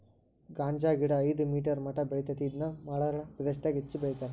ಗಾಂಜಾಗಿಡಾ ಐದ ಮೇಟರ್ ಮಟಾ ಬೆಳಿತೆತಿ ಇದನ್ನ ಮರಳ ಪ್ರದೇಶಾದಗ ಹೆಚ್ಚ ಬೆಳಿತಾರ